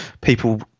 people